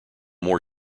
more